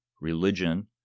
religion